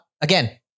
Again